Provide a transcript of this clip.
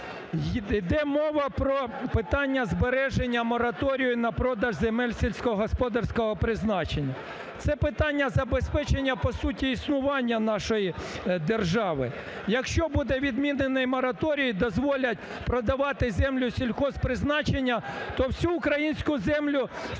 Йде мова про питання збереження мораторію на продаж земель сільськогосподарського призначення. Це питання забезпечення по суті існування нашої держави. Якщо буде відмінений мораторій, дозволять продавати землю сільгоспризначення, то всю українську землю